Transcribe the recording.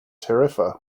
tarifa